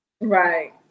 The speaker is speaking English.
Right